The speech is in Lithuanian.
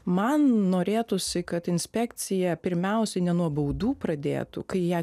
man norėtųsi kad inspekcija pirmiausiai ne nuo baudų pradėtų kai ją